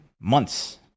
months